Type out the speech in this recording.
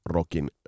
Rockin